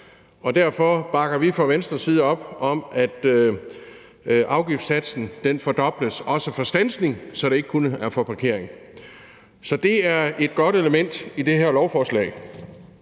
og derfor bakker vi fra Venstres side op om, at afgiftssatsen fordobles – også for standsning, så det ikke kun er for parkering. Så det er et godt element i det her lovforslag.